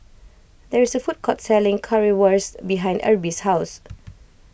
there is a food court selling Currywurst behind Erby's house